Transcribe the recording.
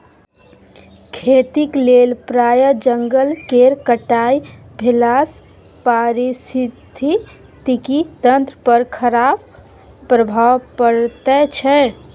खेतीक लेल प्राय जंगल केर कटाई भेलासँ पारिस्थितिकी तंत्र पर खराप प्रभाव पड़ैत छै